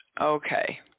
okay